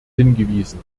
hingewiesen